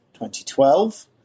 2012